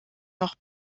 noch